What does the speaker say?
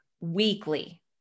weekly